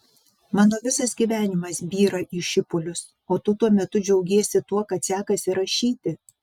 mano visas gyvenimas byra į šipulius o tu tuo metu džiaugiesi tuo kad sekasi rašyti